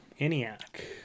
ENIAC